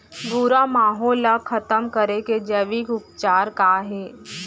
भूरा माहो ला खतम करे के जैविक उपचार का हे?